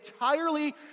entirely